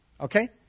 Okay